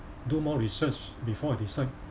do more research before I decide